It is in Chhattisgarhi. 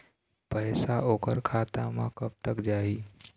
पैसा ओकर खाता म कब तक जाही?